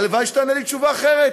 הלוואי שתענה לי תשובה אחרת,